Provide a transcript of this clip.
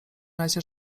razie